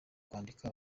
kwambika